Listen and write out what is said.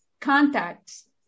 contacts